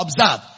Observe